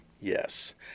yes